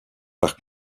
par